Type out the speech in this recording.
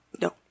No